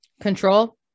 Control